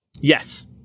Yes